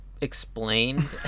Explain